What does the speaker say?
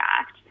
act